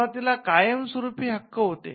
सुरुवातीला कायमस्वरूपी हक्क होता